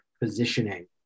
positioning